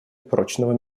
прочного